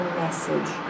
message